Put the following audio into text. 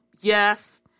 Yes